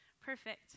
Perfect